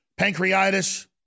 pancreatitis